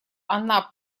она